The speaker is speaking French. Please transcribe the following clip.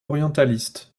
orientaliste